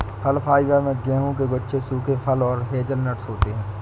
फल फाइबर में गेहूं के गुच्छे सूखे फल और हेज़लनट्स होते हैं